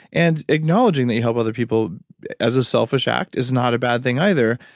and acknowledging that you help other people as a selfish act is not a bad thing either,